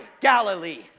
Galilee